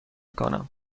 کنم